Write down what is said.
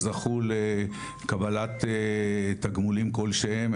זכו לקבלת תגמולים כלשהם,